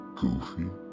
goofy